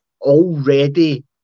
already